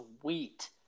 sweet